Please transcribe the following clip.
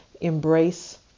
embrace